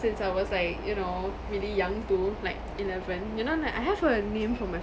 since I was like you know really young too like eleven you know like I have a name from my